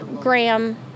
Graham